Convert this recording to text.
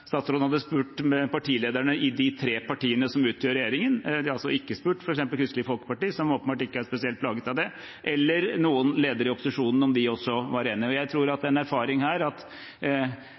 statsråden nå at statsråden hadde spurt partilederne i de tre partiene som utgjør regjeringen. De har altså ikke spurt f.eks. Kristelig Folkeparti, som åpenbart ikke er spesielt plaget av det, eller noen ledere i opposisjonen om de også var enig. Jeg tror at erfaringen er at både nåværende regjering og framtidige regjeringer godt kan utvise en